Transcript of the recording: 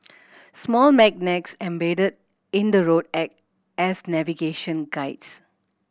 small magnets embedded in the road act as navigation guides